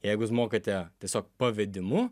jeigu jūs mokate tiesiog pavedimu